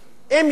אם ידע